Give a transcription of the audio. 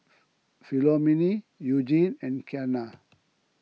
Philomene Eugenie and Kianna